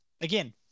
again